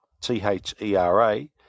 T-H-E-R-A